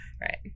Right